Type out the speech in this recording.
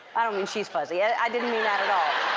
i don't mean she's fuzzy. yeah i didn't mean that at all.